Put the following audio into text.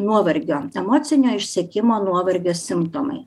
nuovargio emocinio išsekimo nuovargio simptomai